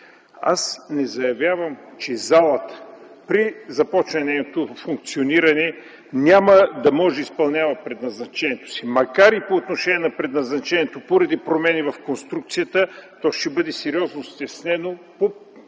Аз не заявявам, че залата при започването на нейното функциониране няма да може да изпълнява предназначението си, макар че по отношение на предназначението поради промени в конструкцията то ще бъде сериозно стеснено по изявленията